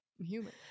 human